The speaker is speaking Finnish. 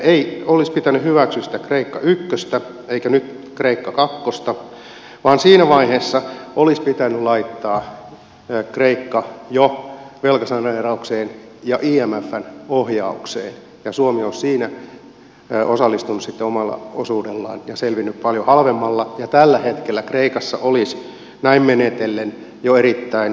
ei olisi pitänyt hyväksyä sitä kreikka ykköstä eikä nyt kreikka kakkosta vaan siinä vaiheessa olisi pitänyt laittaa kreikka jo velkasaneeraukseen ja imfn ohjaukseen ja suomi olisi siinä osallistunut sitten omalla osuudellaan ja selvinnyt paljon halvemmalla ja tällä hetkellä kreikassa olisi näin menetellen jo erittäin paljon parempi tilanne kuin nyt